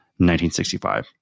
1965